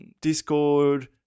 discord